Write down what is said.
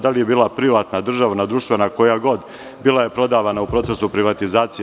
Da li je bila privatna, državna, društvena, koja god, bila je prodavana u procesu privatizacije.